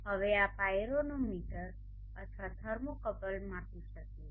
હવે આ પાયરોનોમીટર અથવા થર્મો કપલ માપી શકે છે